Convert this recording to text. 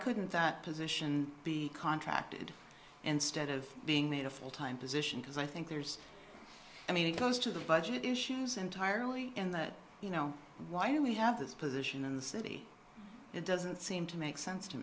couldn't that position be contracted instead of being that a full time position because i think there's i mean it goes to the budget issues entirely in the you know why do we have this position in the city it doesn't seem to make sense to